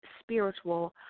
Spiritual